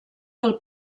del